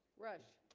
rush